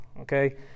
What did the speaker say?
Okay